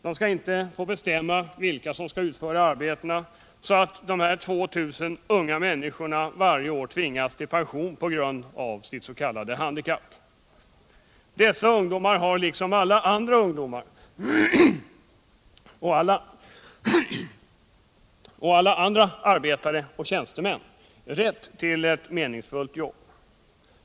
De skall inte få bestämma vilka som skall utföra arbeten, så att 2.000 unga människor varje år tvingas till pension på grund av s.k. handikapp. Dessa ungdomar har liksom alla andra ungdomar och alla andra arbetare och tjänstemän rätt till ett meningsfullt jobb.